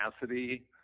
capacity